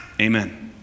Amen